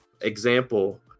Example